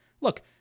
Look